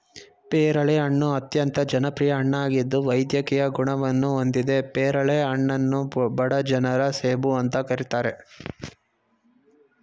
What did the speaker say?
ಪೇರಳೆ ಹಣ್ಣು ಅತ್ಯಂತ ಜನಪ್ರಿಯ ಹಣ್ಣಾಗಿದ್ದು ವೈದ್ಯಕೀಯ ಗುಣವನ್ನು ಹೊಂದಿದೆ ಪೇರಳೆ ಹಣ್ಣನ್ನು ಬಡ ಜನರ ಸೇಬು ಅಂತ ಕರೀತಾರೆ